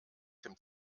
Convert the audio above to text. dem